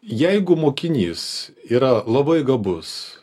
jeigu mokinys yra labai gabus